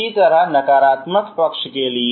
इसी तरह नकारात्मक पक्ष के लिए